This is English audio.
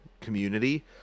community